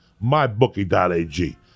mybookie.ag